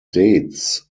dates